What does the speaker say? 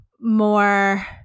more